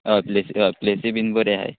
अ place अ प्लेसी बीन बऱ्यो हाय